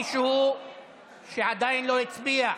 בטרומית ללא הסכמה נוספת של ועדת השרים לחקיקה.